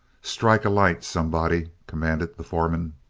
strike a light, somebody, commanded the foreman.